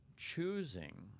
choosing